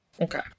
Okay